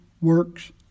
work's